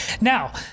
now